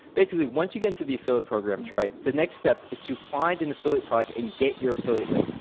basically once you get into the affiliate programs right? the next step is to find an affiliate product and get your affiliate link.